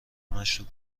مشروب